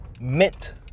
mint